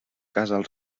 casal